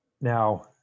Now